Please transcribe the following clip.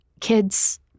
kids